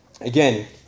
again